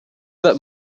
that